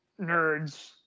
nerds